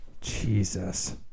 Jesus